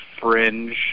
fringe